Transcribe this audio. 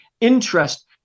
interest